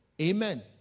Amen